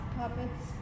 puppets